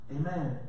amen